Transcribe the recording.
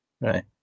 Right